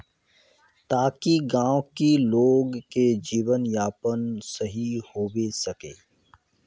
ताकि गाँव की लोग के जीवन यापन सही होबे सके?